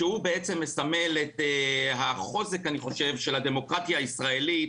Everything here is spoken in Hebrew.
שהוא מסמל את החוזק של הדמוקרטיה הישראלית,